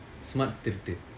smart திருட்டு:thiruttu